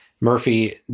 Murphy